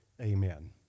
Amen